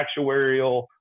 actuarial